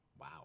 Wow